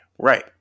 Right